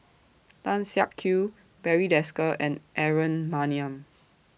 Tan Siak Kew Barry Desker and Aaron Maniam